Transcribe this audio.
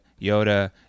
Yoda